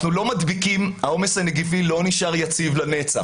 שהעומס הנגיפי לא נשאר יציב לנצח.